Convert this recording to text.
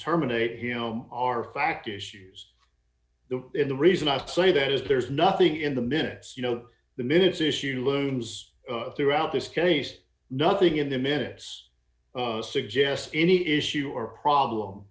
terminate him are fact issues in the reason i say that is there is nothing in the minutes you know the minutes issue looms throughout this case nothing in the minutes suggest any issue or problem